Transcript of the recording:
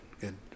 Good